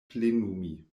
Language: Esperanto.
plenumi